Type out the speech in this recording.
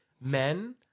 men